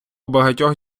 багатьох